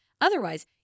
Otherwise